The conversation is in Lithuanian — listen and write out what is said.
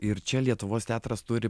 ir čia lietuvos teatras turi